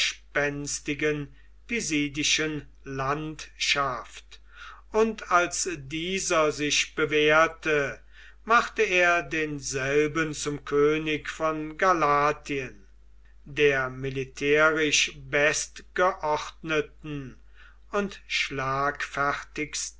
widerspenstigen pisidischen landschaft und als dieser sich bewährte machte er denselben zum könig von galatien der militärisch bestgeordneten und